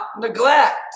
neglect